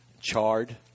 charred